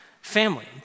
family